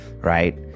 right